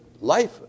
life